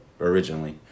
originally